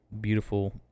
beautiful